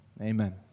Amen